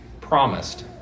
promised